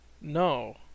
No